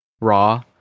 raw